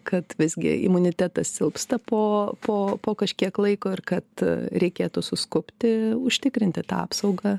kad visgi imunitetas silpsta po po po kažkiek laiko ir kad reikėtų suskubti užtikrinti tą apsaugą